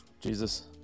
Jesus